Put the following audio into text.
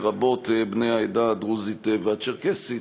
לרבות בני העדה הדרוזית והצ'רקסית,